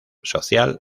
social